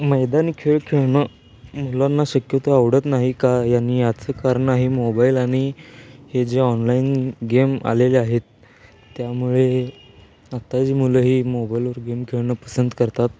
मैदानी खेळ खेळणं मुलांना शक्यतो आवडत नाही का यानी आजचं कारण आहे मोबाईल आणि हे जे ऑनलाईन गेम आलेले आहेत त्यामुळे आत्ताची मुलं ही मोबाईलवर गेम खेळणं पसंत करतात